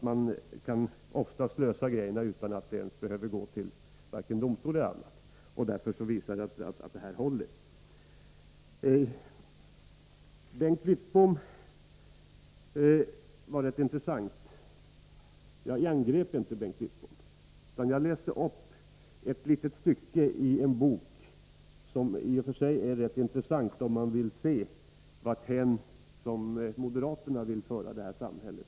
Man kan oftast lösa problemen utan att man behöver gå till domstol eller annan instans. Det visar sig alltså att detta partsförhållande är någonting som håller. Bengt Wittboms inlägg var rätt intressant. Jag angrep inte Bengt Wittbom, utan jag läste upp ett litet stycke ur en bok som i och för sig är intressant om man vill se varthän moderaterna vill föra detta samhälle.